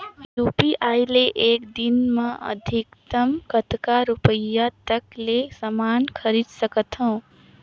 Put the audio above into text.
UPI ले एक दिन म अधिकतम कतका रुपिया तक ले समान खरीद सकत हवं?